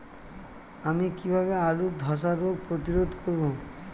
আমি কিভাবে আলুর ধ্বসা রোগ প্রতিরোধ করব?